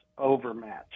overmatch